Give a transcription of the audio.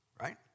right